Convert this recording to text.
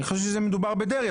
אני חושב שזה מדובר בדרעי,